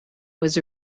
was